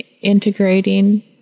integrating